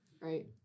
right